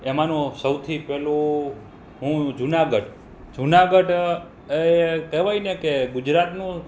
એમાનું સૌથી પહેલું હું જુનાગઢ જુનાગઢ એ કહેવાય ને કે ગુજરાતનું